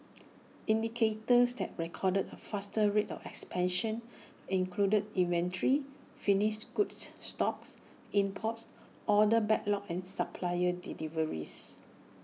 indicators that recorded A faster rate of expansion included inventory finished goods stocks imports order backlog and supplier deliveries